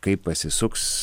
kaip pasisuks